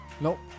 No